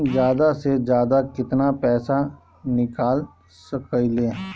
जादा से जादा कितना पैसा निकाल सकईले?